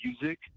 music